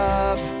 up